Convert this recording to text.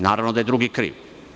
Naravno da je drugi kriv.